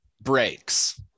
breaks